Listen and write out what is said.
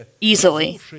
easily